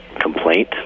complaint